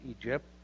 Egypt